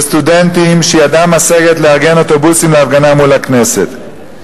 וסטודנטים שידם משגת לארגן אוטובוסים להפגנה מול הכנסת.